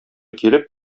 килеп